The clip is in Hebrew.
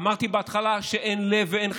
אמרתי בהתחלה שאין לב ואין חמלה?